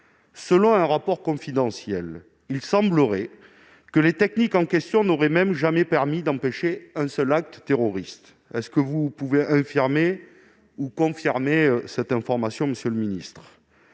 Selon un rapport confidentiel, les techniques en question n'auraient même jamais permis d'empêcher un seul acte terroriste. Pouvez-vous infirmer ou confirmer cette information, monsieur le ministre ?